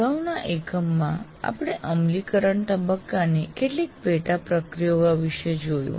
અગાઉના એકમમાં આપણે અમલીકરણ તબક્કાની કેટલીક પેટા પ્રક્રિયાઓ વિષે જોયું